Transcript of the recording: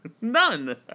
None